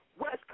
West